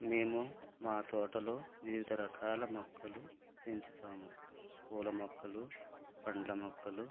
మేము మా తోటలో వివిధ రకాల మొక్కలు పెంచుతాము పూల మొక్కలు పండ్ల మొక్కలు